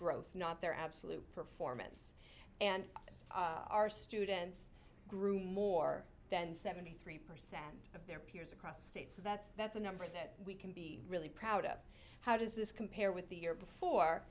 growth not their absolute performance and our students grew more than seventy three percent of their peers across state so that's that's a number that we can be really proud of how does this compare with the year before